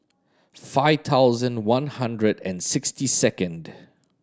five thousand one hundred and sixty second